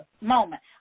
moment